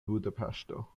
budapeŝto